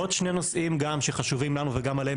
עוד שני נושאים שחשובים לנו וגם עליהם